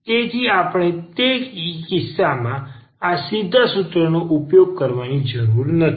તેથી આપણે તે કિસ્સામાં આ સીધા સૂત્રનો ઉપયોગ કરવાની જરૂર નથી